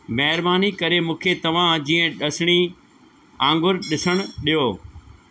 महिरबानी करे मूंखे तव्हां जी ड॒सिणी आङुरि ॾिसणु ॾियो